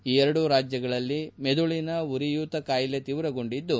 ಈ ಎರಡೂ ರಾಜ್ಯಗಳಲ್ಲಿ ಮೆದುಳನ ಉರಿಯೂತ ಕಾಯಿಲೆ ತೀವ್ರಗೊಂಡಿದ್ದು